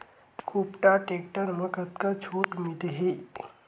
कुबटा टेक्टर म कतका छूट मिलही?